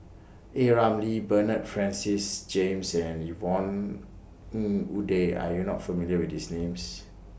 A Ramli Bernard Francis James and Yvonne Ng Uhde Are YOU not familiar with These Names